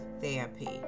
therapy